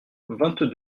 vingt